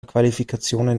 qualifikationen